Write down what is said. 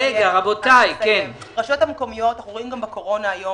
הרשויות המקומיות רואים גם בקורונה היום